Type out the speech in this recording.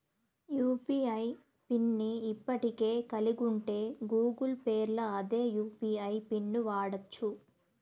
UPI pin ని ఇప్పటికే కలిగుంటే గూగుల్ పేల్ల అదే యూ.పి.ఐ పిన్ను వాడచ్చు